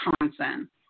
Wisconsin